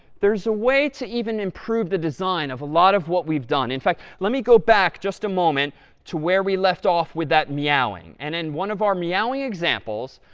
there's a way to even improve the design of a lot of what we've done. in fact, let me go back just a moment to where we left off with that meowing. and in one of our meowing examples,